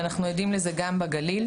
ואנחנו עדים לזה גם בגליל.